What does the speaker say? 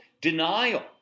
denial